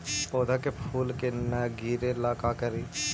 पौधा के फुल के न गिरे ला का करि?